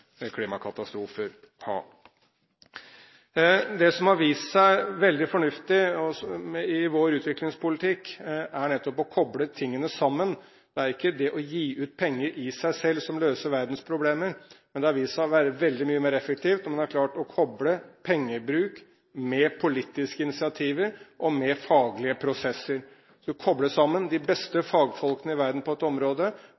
klimakatastrofer ha. Det som har vist seg å være veldig fornuftig i vår utviklingspolitikk, er nettopp å koble tingene sammen. Det er ikke det å gi ut penger i seg selv som løser verdens problemer, men det har vist seg å være veldig mye mer effektivt når man har klart å koble pengebruk med politiske initiativ og faglige prosesser. Vi skal koble sammen de